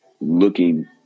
looking